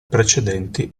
precedenti